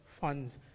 funds